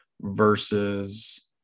versus